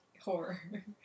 horror